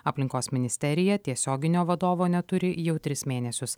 aplinkos ministerija tiesioginio vadovo neturi jau tris mėnesius